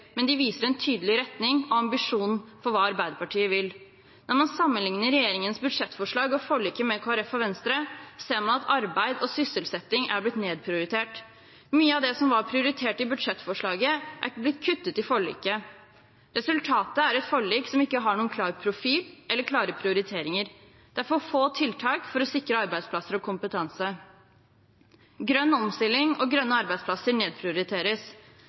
men de viser en tydelig retning og ambisjon for hva Arbeiderpartiet vil. Når man sammenligner regjeringas budsjettforslag og forliket med Kristelig Folkeparti og Venstre, ser man at arbeid og sysselsetting er blitt nedprioritert. Mye av det som var prioritert i budsjettforslaget, er blitt kuttet i forliket, og resultatet er et forlik som ikke har noen klar profil eller klare prioriteringer. Det er for få tiltak for å sikre arbeidsplasser og kompetanse. Grønn omstilling og grønne arbeidsplasser nedprioriteres.